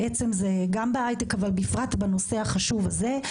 זה גם בהייטק אבל בפרט בנושא החשוב הזה,